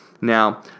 Now